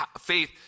faith